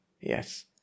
yes